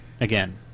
Again